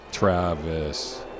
Travis